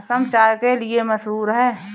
असम चाय के लिए मशहूर है